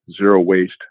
zero-waste